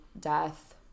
death